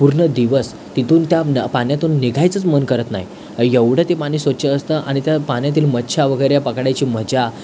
पूर्ण दिवस तीतून त्या पाण्यातून निघायचंच मन करत नाही एवढं ते पाणी स्वच्छ असतं आणि त्या पाण्यातील मच्छा वगैरे पकडायची मजा